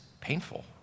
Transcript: painful